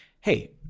Hey